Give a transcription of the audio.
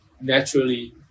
naturally